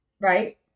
right